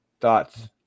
Thoughts